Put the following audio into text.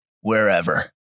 wherever